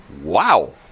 Wow